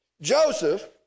Joseph